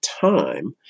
time